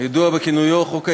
הידוע בכינויו חוק ההסדרים,